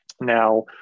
Now